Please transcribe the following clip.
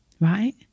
Right